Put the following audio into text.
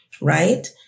right